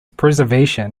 preservation